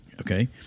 okay